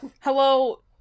hello